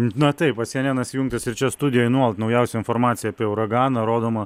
na taip vat si enenas įjungtas ir čia studijoj nuolat naujausia informacija apie uraganą rodoma